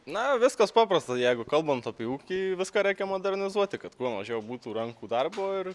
na viskas paprasta jeigu kalbant apie ūkį viską reikia modernizuoti kad kuo mažiau būtų rankų darbo ir